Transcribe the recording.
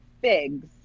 Figs